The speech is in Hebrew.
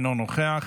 אינו נוכח,